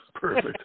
Perfect